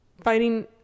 fighting